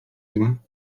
zła